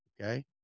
Okay